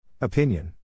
Opinion